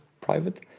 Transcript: private